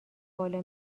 بالا